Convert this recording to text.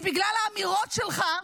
כי בגלל האמירות שלך,